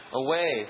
away